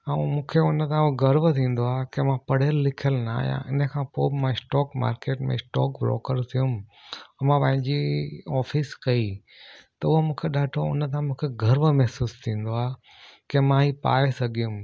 ऐं मूंखे हुन खां गर्व थींदो आहे की मां पढ़ियलु लिखियलु न आहियां हिन खां पोइ मां स्टोक मार्किट में स्टोक ब्रोकर थियुमि ऐं मां पंहिंजी ऑफिस कई त उहो मूंखे ॾाढो हुन टाइम मूंखे गर्व महिसूसु थींदो आहे की मां हीउ पाए सघियमि